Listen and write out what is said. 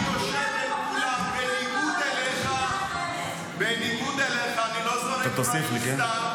אני יושב --- בניגוד אליך אני לא זורק דברים סתם.